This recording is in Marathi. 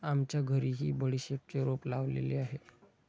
आमच्या घरीही बडीशेपचे रोप लावलेले आहे